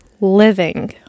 living